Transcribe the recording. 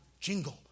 jingle